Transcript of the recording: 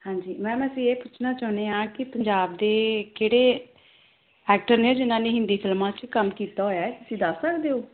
ਹਾਂਜੀ ਮੈਮ ਅਸੀਂ ਇਹ ਪੁੱਛਣਾ ਚਾਹੁੰਦੇ ਹਾਂ ਕਿ ਪੰਜਾਬ ਦੇ ਕਿਹੜੇ ਐਕਟਰ ਨੇ ਜਿਨ੍ਹਾਂ ਨੇ ਹਿੰਦੀ ਫਿਲਮਾਂ 'ਚ ਕੰਮ ਕੀਤਾ ਹੋਇਆ ਤੁਸੀਂ ਦੱਸ ਸਕਦੇ ਹੋ